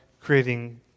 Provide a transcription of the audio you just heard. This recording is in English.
creating